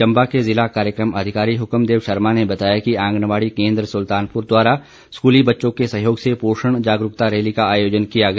चंबा के जिला कार्यक्रम अधिकारी हुकुमदेव शर्मा ने बताया कि आंगनबाड़ी केंद् सुल्तानपुर द्वारा स्कूली बच्चों के सहयोग से पोषण जागरूकता रैली का आयोजन किया गया